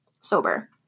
sober